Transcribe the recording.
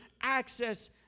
access